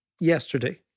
yesterday